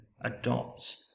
adopt